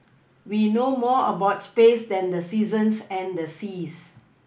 we know more about space than the seasons and the seas